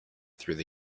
through